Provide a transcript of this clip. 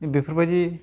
बेफोरबायदि